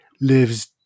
lives